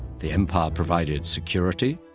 the empire provided security,